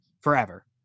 forever